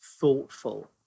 thoughtful